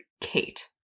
Kate